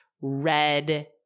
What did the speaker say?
red